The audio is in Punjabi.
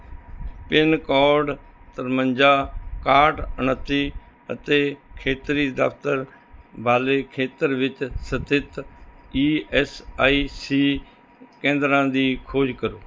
ਪਿੰਨਕੋਡ ਤਰਵੰਜਾ ਇਕਾਹਠ ਉਨੱਤੀ ਅਤੇ ਖੇਤਰੀ ਦਫ਼ਤਰ ਵਾਲੇ ਖੇਤਰ ਵਿੱਚ ਸਥਿਤ ਈ ਐੱਸ ਆਈ ਸੀ ਕੇਂਦਰਾਂ ਦੀ ਖੋਜ ਕਰੋ